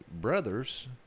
brothers